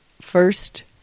first